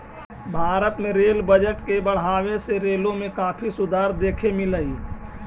भारत में rail budget के बढ़ावे से रेलों में काफी सुधार देखे मिललई